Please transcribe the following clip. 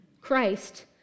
Christ